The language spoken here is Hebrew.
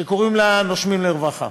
שקוראים לה "נושמים לרווחה",